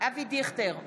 אבי דיכטר,